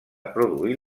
produir